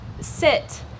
sit